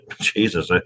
Jesus